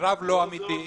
רב לא אמיתי.